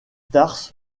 tarses